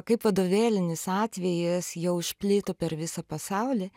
kaip vadovėlinis atvejis jau išplito per visą pasaulį